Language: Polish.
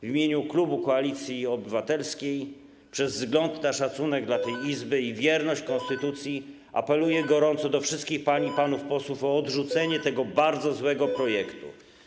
W imieniu klubu Koalicji Obywatelskiej, przez wzgląd na szacunek dla tej Izby i wierność konstytucji apeluję gorąco do wszystkich pań i panów posłów o odrzucenie tego bardzo złego projektu.